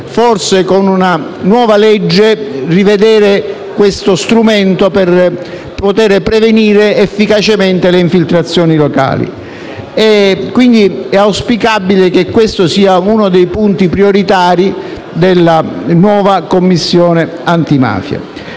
con una nuova legge questo strumento, per poter prevenire efficacemente le infiltrazioni locali. È auspicabile che questo sia uno dei punti prioritari dell'attività della nuova Commissione antimafia.